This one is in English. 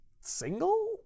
single